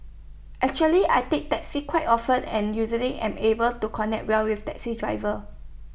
actually I take taxis quite often and usually am able to connect well with taxi drivers